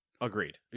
agreed